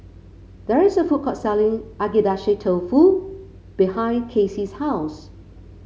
there is a food court selling Agedashi Dofu behind Kacy's house